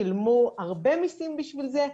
שילמו הרבה מיסים בשביל זה.